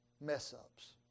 mess-ups